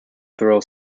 thrill